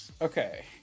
Okay